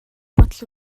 бодол